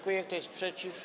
Kto jest przeciw?